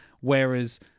Whereas